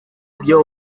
byo